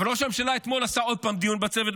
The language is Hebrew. אבל ראש הממשלה אתמול עשה עוד פעם דיון בצוות,